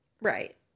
Right